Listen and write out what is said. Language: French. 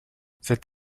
cet